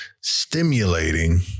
stimulating